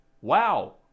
Wow